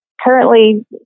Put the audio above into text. currently